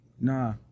Nah